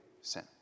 sin